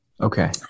Okay